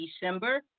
December